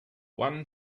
one